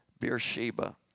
Beersheba